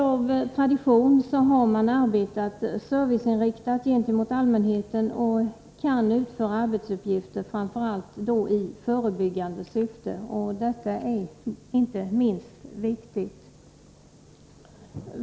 Av tradition har man arbetat serviceinriktat gentemot allmänheten och kan utföra arbetsuppgifter framför allt i förebyggande syfte, och detta är inte minst viktigt.